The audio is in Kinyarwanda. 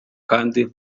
kandi